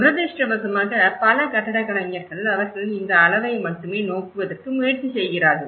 துரதிர்ஷ்டவசமாக பல கட்டடக் கலைஞர்கள் அவர்கள் இந்த அளவை மட்டுமே நோக்குவதற்கு முயற்சி செய்கிறார்கள்